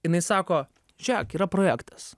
jinai sako žėk yra projektas